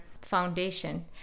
foundation